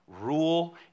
rule